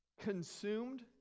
Consumed